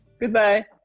Goodbye